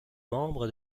membre